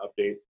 update